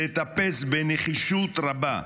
לטפס בנחישות רבה.